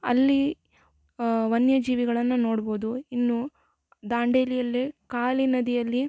ಅಲ್ಲಿ ವನ್ಯಜೀವಿಗಳನ್ನ ನೋಡ್ಬೋದು ಇನ್ನೂ ದಾಂಡೇಲಿಯಲ್ಲೇ ಕಾಲಿ ನದಿಯಲ್ಲಿ